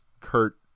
kurt